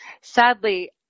Sadly